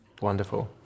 wonderful